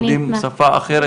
יהודים שפה אחרת.